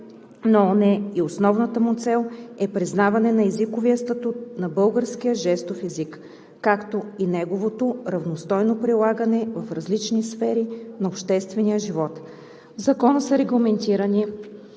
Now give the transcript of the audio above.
на ООН и основната му цел е признаване на езиковия статут на българския жестов език, както и неговото равностойно прилагане в различни сфери на обществения живот. В Закона са регламентирани